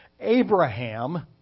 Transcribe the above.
Abraham